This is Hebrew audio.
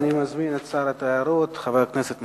אני מזמין את שר התיירות, חבר הכנסת מיסז'ניקוב.